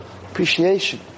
Appreciation